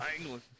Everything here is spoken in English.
England